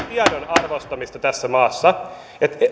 tiedon arvostamista tässä maassa